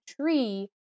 tree